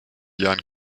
jahren